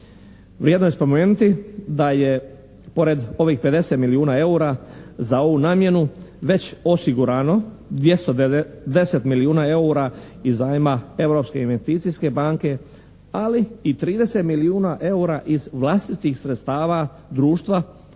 Vrijedno je spomenuti da je pored ovih 50 milijuna eura za ovu namjenu već osigurano 210 milijuna eura iz zajma Europske investicijske banke, ali i 30 milijuna eura iz vlastitih sredstava društva